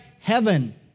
heaven